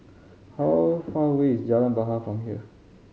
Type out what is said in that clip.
how far away is Jalan Bahar from here